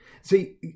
See